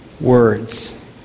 words